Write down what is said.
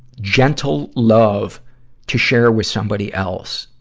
gentle love to share with somebody else.